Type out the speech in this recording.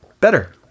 better